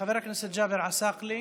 חבר הכנסת ג'אבר עסאקלה,